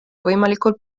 võimalikult